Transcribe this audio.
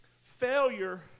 Failure